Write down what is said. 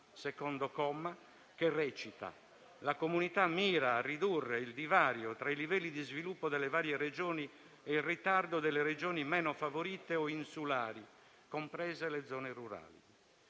secondo comma, che recita: «In particolare la Comunità mira a ridurre il divario tra i livelli di sviluppo delle varie regioni ed il ritardo delle regioni meno favorite o insulari, comprese le zone rurali».